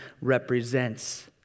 represents